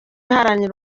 iharanira